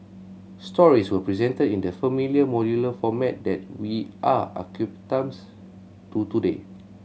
stories were presented in the familiar modular format that we are accustomed to today